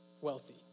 wealthy